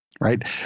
right